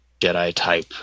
Jedi-type